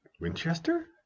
Winchester